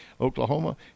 Oklahoma